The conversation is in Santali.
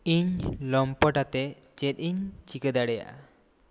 ᱤᱧ ᱞᱚᱢᱯᱚᱴ ᱟᱛᱮᱜ ᱪᱮᱫ ᱤᱧ ᱪᱤᱠᱟᱹ ᱫᱟᱲᱮᱭᱟᱜᱼᱟ